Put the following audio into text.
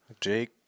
Jake